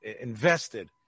invested